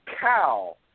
cow